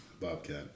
Bobcat